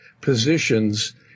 positions